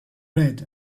red